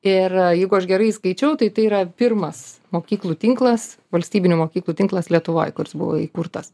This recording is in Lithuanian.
ir jeigu aš gerai skaičiau tai tai yra pirmas mokyklų tinklas valstybinių mokyklų tinklas lietuvoj kuris buvo įkurtas